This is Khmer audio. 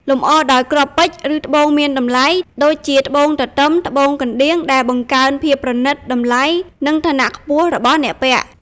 លម្អដោយគ្រាប់ពេជ្រ ឬត្បូងមានតម្លៃ (ដូចជាត្បូងទទឹម ត្បូងកណ្ដៀង) ដែលបង្កើនភាពប្រណីត តម្លៃ និងឋានៈខ្ពស់របស់អ្នកពាក់។